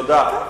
תודה.